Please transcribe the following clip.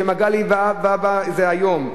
של מגלי והבה זה היום,